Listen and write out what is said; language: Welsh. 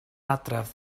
adref